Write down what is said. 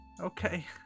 Okay